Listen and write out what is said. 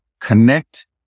connect